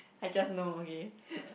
I just know okay